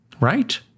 right